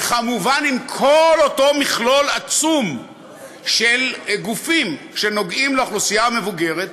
וכמובן עם כל אותו מכלול עצום של גופים שנוגעים לאוכלוסייה המבוגרת,